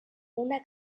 una